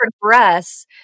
progress